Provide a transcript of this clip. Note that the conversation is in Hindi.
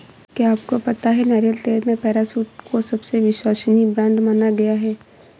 क्या आपको पता है नारियल तेल में पैराशूट को सबसे विश्वसनीय ब्रांड माना गया है?